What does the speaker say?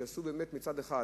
שיעשו, באמת, מצד אחד